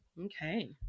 Okay